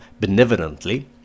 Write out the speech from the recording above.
benevolently